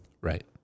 Right